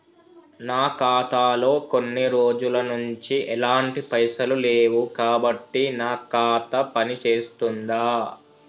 నా ఖాతా లో కొన్ని రోజుల నుంచి ఎలాంటి పైసలు లేవు కాబట్టి నా ఖాతా పని చేస్తుందా?